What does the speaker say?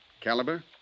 caliber